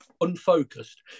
unfocused